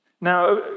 Now